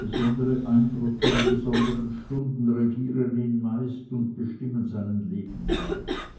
besondere eindrücke in besondern stunden regieren ihn meist und bestimmen seinen lebenslauf